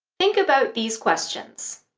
think about these questions